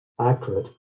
accurate